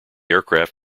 aircraft